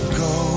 go